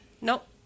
Nope